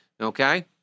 Okay